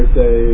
say